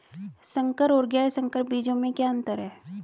संकर और गैर संकर बीजों में क्या अंतर है?